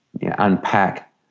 unpack